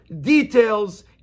details